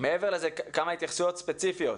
כמה התייחסויות ספציפיות.